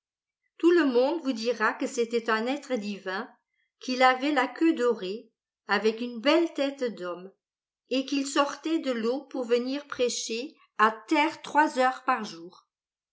tout le monde vous dira que c'était un être divin qu'il avait la queue dorée avec une belle tête d'homme et qu'il sortait de l'eau pour venir prêcher à terre trois heures par jour